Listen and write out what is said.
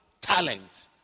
talent